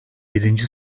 yedinci